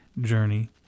Journey